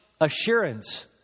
assurance